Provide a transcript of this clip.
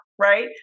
Right